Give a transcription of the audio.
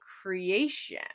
creation